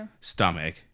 stomach